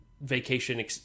vacation